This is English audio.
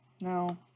No